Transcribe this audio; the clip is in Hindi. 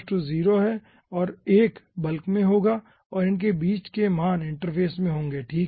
तो T0 है और 1 बल्क में होगा और इनके के बीच के मान इंटरफ़ेस में होंगे ठीक है